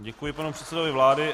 Děkuji panu předsedovi vlády.